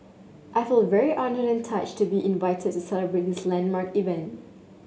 I feel very honoured and touched to be invited to celebrate this landmark event